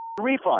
refund